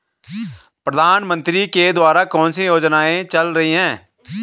प्रधानमंत्री के द्वारा कौनसी योजनाएँ चल रही हैं?